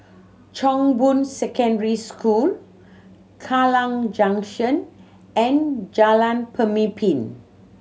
Chong Boon Secondary School Kallang Junction and Jalan Pemimpin